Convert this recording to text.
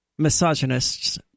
misogynists